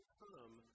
come